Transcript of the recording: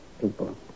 People